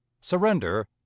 Surrender